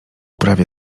prawie